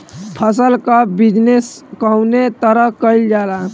फसल क बिजनेस कउने तरह कईल जाला?